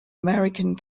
american